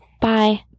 Bye